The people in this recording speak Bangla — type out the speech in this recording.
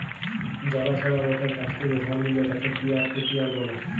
জালা সলা লকের কাছ থেক্যে ধার লিলে তাকে পিয়ার টু পিয়ার ব্যলে